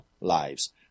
lives